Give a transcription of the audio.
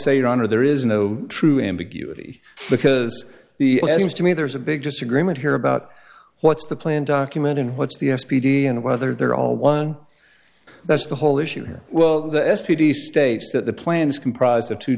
say your honor there is no true ambiguity because the seems to me there's a big disagreement here about what's the plan document and what's the s p d and whether they're all one that's the whole issue here well the s p d states that the plan is comprised of two